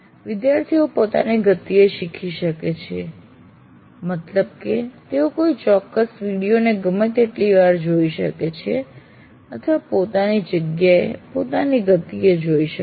વિદ્યાર્થીઓ પોતાની ગતિએ શીખી શકે છે કે મતલબ કે તેઓ કોઈ ચોક્કસ વિડીયો ને ગમે તેટલી વાર જોઈ શકે છે અથવા પોતાની જગ્યાએ અથવા પોતાની ગતિએ જોઈ શકે છે